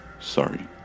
Sorry